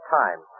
time